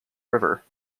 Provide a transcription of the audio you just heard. river